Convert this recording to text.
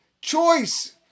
choice